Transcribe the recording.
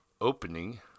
opening